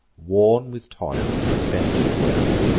worn with toils, and spent with woes,